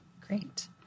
great